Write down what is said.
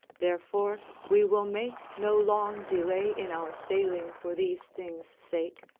therefore we will make no long delay in our sailing for these things' sake,